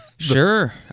Sure